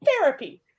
therapy